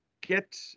get